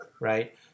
Right